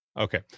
Okay